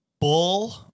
bull